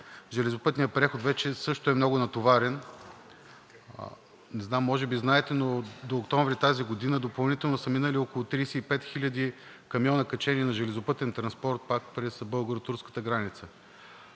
Железопътният преход вече също е много натоварен. Може би знаете, но до октомври тази година допълнително са минали около 35 хил. камиона, качени на железопътен транспорт – пак през българо-турската граница.